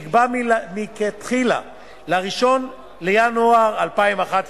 שנקבע מלכתחילה ל-1 בינואר 2011,